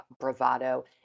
bravado